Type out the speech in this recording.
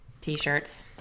T-shirts